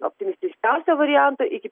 optimistiškiausio varianto iki